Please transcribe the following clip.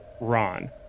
Ron